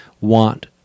want